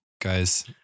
guys